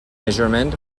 measurement